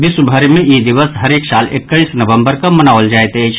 विश्वभरि मे ई दिवस हरेक साल एकैइस नवम्बर कऽ मनाओल जायत अछि